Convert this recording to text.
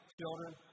children